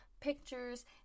pictures